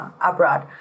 abroad